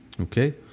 Okay